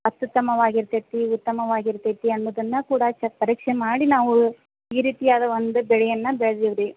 ಅತ್ತ್ಯುತ್ತಮವಾಗಿ ಇರ್ತೈತಿ ಉತ್ತಮವಾಗಿ ಇರ್ತೈತಿ ಅನ್ನೋದನ್ನು ಕೂಡ ಚ ಪರೀಕ್ಷೆ ಮಾಡಿ ನಾವು ಈ ರೀತಿಯಾದ ಒಂದು ಬೆಳೆಯನ್ನು ಬೆಳ್ದೀವಿ ರೀ